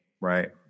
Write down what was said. right